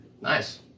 Nice